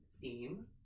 theme